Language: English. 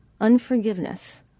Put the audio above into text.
unforgiveness